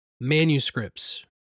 manuscripts